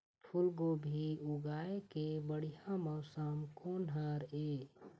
फूलगोभी उगाए के बढ़िया मौसम कोन हर ये?